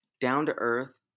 down-to-earth